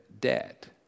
debt